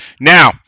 Now